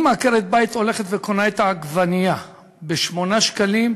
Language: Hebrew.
אם עקרת-בית קונה את העגבנייה ב-8 שקלים,